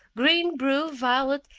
green, blue, violet,